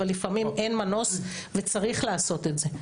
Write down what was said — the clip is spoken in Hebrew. אבל לפעמים אין מנוס וצריך לעשות את זה,